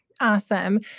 Awesome